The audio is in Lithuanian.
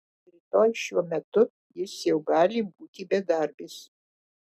rytoj šiuo metu jis jau gali būti bedarbis